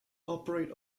operate